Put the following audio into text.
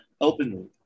openly